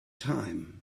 time